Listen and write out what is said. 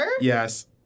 Yes